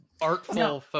artful